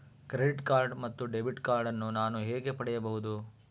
Credit card ಮತ್ತು debit card ನಾನು ಹೇಗೆ ಪಡೆಯಬಹುದು?